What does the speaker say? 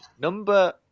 Number